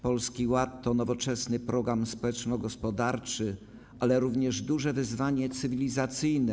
Polski Ład to nowoczesny program społeczno-gospodarczy, ale również duże wyzwanie cywilizacyjne.